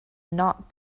not